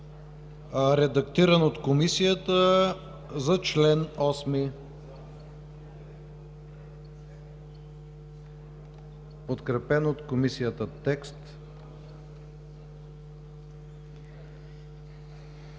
редактиран от Комисията, за чл. 8 – подкрепен от Комисията текст.